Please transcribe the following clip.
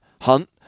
hunt